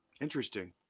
Interesting